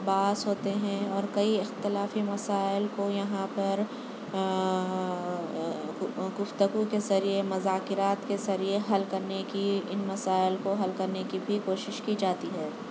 باعث ہوتے ہیں اور کئی اختلافی مسائل کو یہاں پر گفتگو کے ذریعے مذاکرات کے ذریعے حل کرنے کی ان مسائل کو حل کرنے کی بھی کوشش کی جاتی ہے